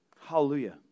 Hallelujah